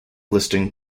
listing